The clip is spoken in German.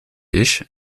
ich